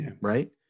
right